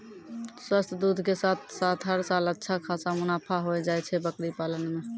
स्वस्थ दूध के साथॅ साथॅ हर साल अच्छा खासा मुनाफा होय जाय छै बकरी पालन मॅ